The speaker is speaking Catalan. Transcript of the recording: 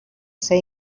ser